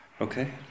okay